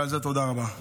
ועל זה תודה רבה.